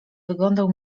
wyglądał